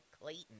Clayton